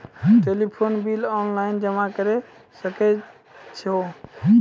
Telephone bill online जमा करै सकै छौ?